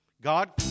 God